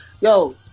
yo